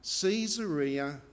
Caesarea